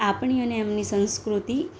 આપણી અને એમની સંસ્કૃતિ